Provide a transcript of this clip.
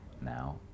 now